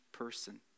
person